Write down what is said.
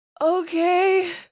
okay